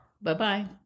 Bye-bye